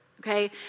okay